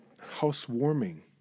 housewarming